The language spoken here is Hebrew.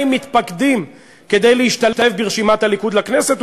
מתפקדים כדי להשתלב ברשימת הליכוד לכנסת,